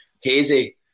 Hazy